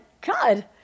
God